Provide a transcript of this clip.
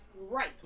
Right